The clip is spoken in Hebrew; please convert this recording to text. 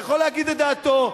ויכול להגיד את דעתו,